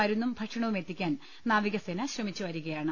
മരുന്നും ഭക്ഷണവും എത്തിക്കാൻ നാവികസേനശ്രമിച്ചു വരികയാണ്